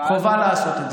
חובה לעשות את זה.